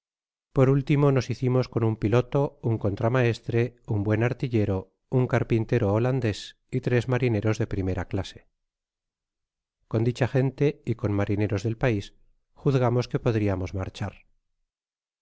por último nos hicimos con un piloto un contramaestre un buen artillero un capintero holaidés y tres marineros de primera clase con dicha gente y con marineros del pais juzgamos que podriamos marchar